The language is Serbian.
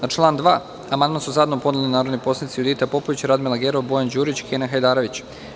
Na član 2. amandman su zajedno podneli narodni poslanici Judita Popović, Radmila Gerov, Bojan Đurić i Kenan Hajdarević.